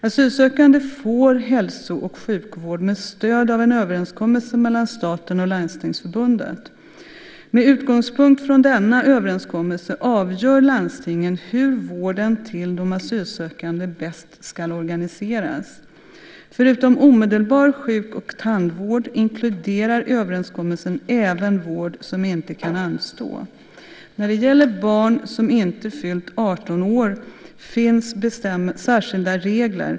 Asylsökande får hälso och sjukvård med stöd av en överenskommelse mellan staten och Landstingsförbundet. Med utgångspunkt från denna överenskommelse avgör landstingen hur vården till de asylsökande bäst ska organiseras. Förutom omedelbar sjuk och tandvård inkluderar överenskommelsen även vård som inte kan anstå. När det gäller barn som inte fyllt 18 år finns särskilda regler.